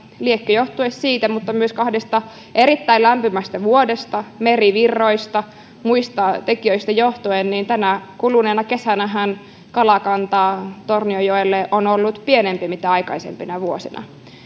johtuen ja myös kahdesta erittäin lämpimästä vuodesta merivirroista muista tekijöistä mutta tänä kuluneena kesänähän kalakanta tornionjoella on on ollut pienempi kuin aikaisempina vuosina